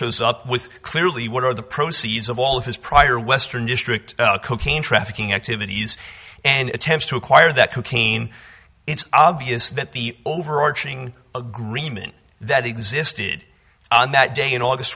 shows up with clearly what are the proceeds of all of his prior western district cocaine trafficking activities and attempts to acquire that cocaine it's obvious that the overarching agreement that existed on that day in august